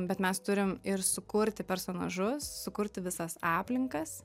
bet mes turim ir sukurti personažus sukurti visas aplinkas